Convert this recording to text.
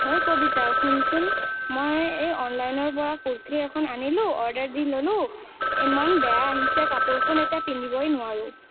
ঐ কবিতা শুনচোন মই এই অনলাইনৰ পৰা কুৰ্তি এখন আনিলো অৰ্ডাৰ দি ল'লো ইমান বেয়া আহিছে কাপোৰখন এতিয়া পিন্ধিবই নোৱাৰোঁ